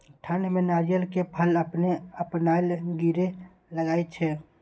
ठंड में नारियल के फल अपने अपनायल गिरे लगए छे?